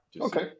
Okay